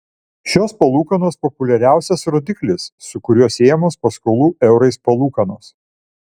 šios palūkanos populiariausias rodiklis su kuriuo siejamos paskolų eurais palūkanos